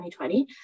2020